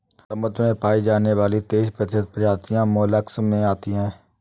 समुद्र में पाई जाने वाली तेइस प्रतिशत प्रजातियां मोलस्क में आती है